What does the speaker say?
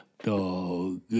dog